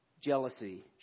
jealousy